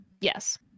Yes